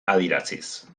adieraziz